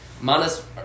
minus